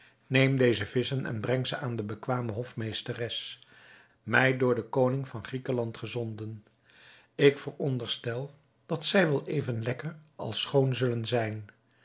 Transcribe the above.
neem deze visschen en breng ze aan de bekwame hofmeesteres mij door den koning van griekenland gezonden ik veronderstel dat zij wel even lekker als schoon zullen zijn